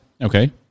Okay